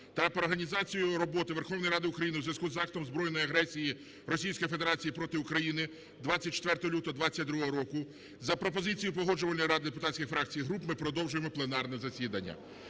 та "Про організацію роботи Верховної Ради України у зв'язку з актом збройної агресії Російської Федерації проти України 24 лютого 22-го року", за пропозицією Погоджувальної ради депутатських фракцій і груп ми продовжуємо пленарне засідання.